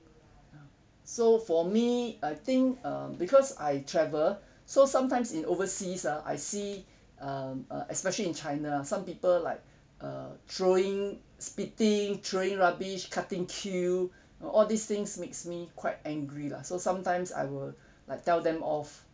ya so for me I think uh because I travel so sometimes in overseas ah I see uh uh especially in china ah some people like uh throwing spitting throwing rubbish cutting queue uh all these things makes me quite angry lah so sometimes I will like tell them off